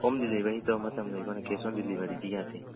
home delivery ꯇꯧꯕ ꯃꯇꯝꯗ ꯑꯩꯈꯣꯏꯅ ꯀꯦꯁ ꯑꯣꯟ ꯗꯤꯂꯤꯕꯔꯤꯗꯤ ꯌꯥꯗꯦ